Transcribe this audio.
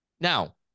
Now